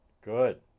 good